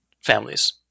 families